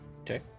Okay